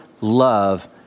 love